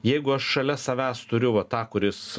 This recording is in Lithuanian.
jeigu aš šalia savęs turiu va tą kuris